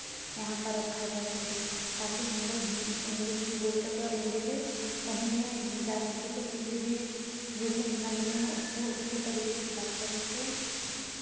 यहाँ पर रखा जो सके ताकि हम लोग हिन इंग्लिस भी बोल सकें और हिंदी भी कहीं भी जा सकें तो किसी भी जो भी इंसान मिले हमें उसको उसके तरीके से बात कर सकें